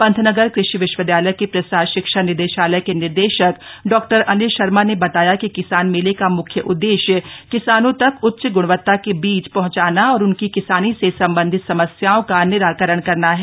पंतनगर कृषि विश्वविदयालय के प्रसार शिक्षा निदेशालय के निदेशक डॉ अनिल शर्मा ने बताया कि किसान मेले का मुख्य उददेश्य किसानों तक उच्च गृणवता के बीज पहंचाना और उनकी किसानी से संबंधित समस्याओं का निराकरण करना है